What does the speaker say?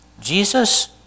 Jesus